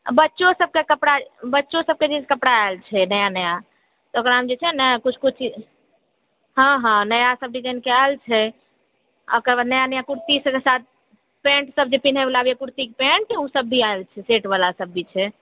अ बच्चो सबके बच्चो सबके कपड़ा जे छै से आयल छै नया नया तऽ ओकरा हम जे छै ने कुछ कुछ चीज हँ हँ नया नया सब डिजाइनके आयल छै ओकर बाद नया नया कुर्ती सबके साथ पैंट सब जे पहिने वाला अबैया कुर्तीके पैंट ओ सब भी आयल छै सेट वाला सब भी छै